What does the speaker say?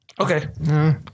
okay